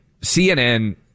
cnn